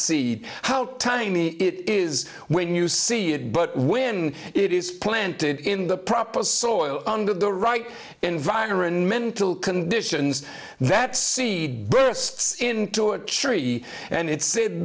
tiny it is when you see it but when it is planted in the proper soil under the right environmental conditions that seed bursts into a tree and it sa